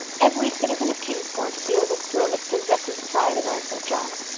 every citizen of kingsport feels a thrill of possessive pride in old st. john's,